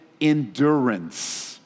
endurance